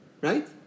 right